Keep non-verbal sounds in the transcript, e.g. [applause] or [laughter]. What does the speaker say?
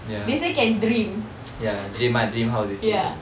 they say can dream [laughs] ya